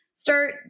start